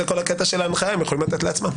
זהו כל הקטע של ההנחיה הם יכולים לתת לעצמם.